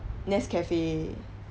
nescafe